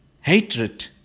hatred